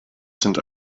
sind